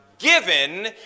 given